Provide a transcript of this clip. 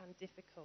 difficult